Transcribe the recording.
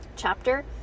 chapter